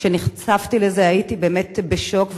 כשנחשפתי לזה הייתי באמת בשוק,